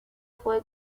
fue